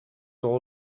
all